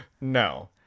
no